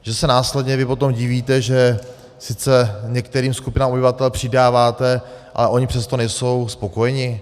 Že se následně vy potom divíte, že sice některým skupinám obyvatel přidáváte, ale oni přesto nejsou spokojeni?